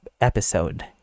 episode